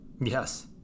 yes